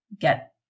get